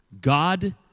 God